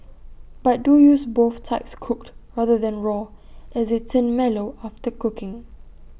but do use both types cooked rather than raw as they turn mellow after cooking